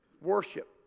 Worship